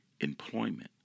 employment